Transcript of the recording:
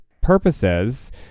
purposes